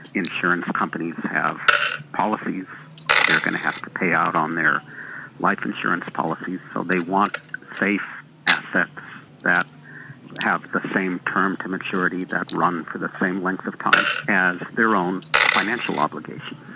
insurance companies have policies they're going to have to pay out on their life insurance policies, so they want safe assets that have the same term to maturity, that run to the same length of time, as and their own financial obligations.